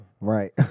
right